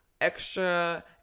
extra